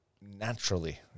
naturally